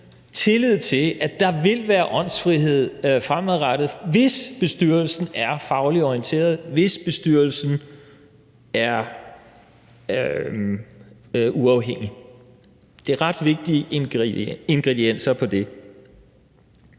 tillid til, at der vil være åndsfrihed fremadrettet, hvis bestyrelsen er fagligt orienteret, og hvis bestyrelsen er uafhængig. Det er ret vigtige ingredienser i det.